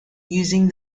using